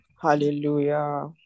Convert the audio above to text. Hallelujah